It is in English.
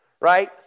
right